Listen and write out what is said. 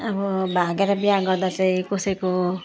अब भागेर विवाह गर्दा चाहिँ कसैको